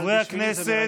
חברי הכנסת.